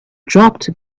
dropped